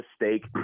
mistake